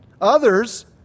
Others